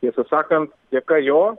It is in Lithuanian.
tiesą sakant dėka jo